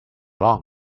long